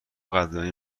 قدردانی